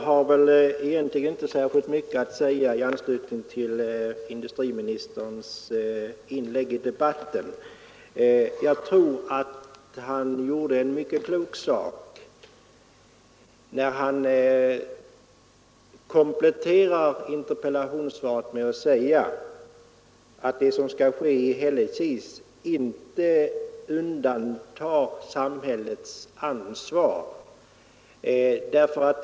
Herr talman! Jag har inte särskilt mycket att säga i anslutning till industriministerns senaste inlägg i debatten. Det var mycket klokt av honom att komplettera interpellationssvaret med att säga att det som skall ske i Hällekis inte undantar samhället från ansvar.